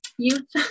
youth